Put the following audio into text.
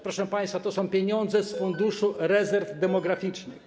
Proszę państwa, to są pieniądze z Funduszu Rezerwy Demograficznej.